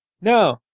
No